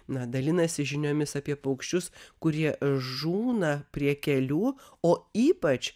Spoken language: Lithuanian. na dalinasi žiniomis apie paukščius kurie žūna prie kelių o ypač